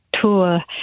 tour